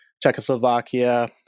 Czechoslovakia